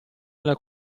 nella